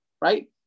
right